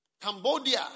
Cambodia